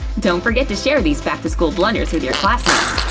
don't forget to share these back-to-school blunders with your classmates!